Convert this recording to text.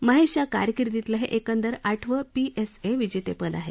महेशच्या कारकीर्दीतलं हे एकंदर आठवं पी एस ए विजेतेपद आहे